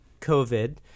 COVID